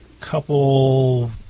couple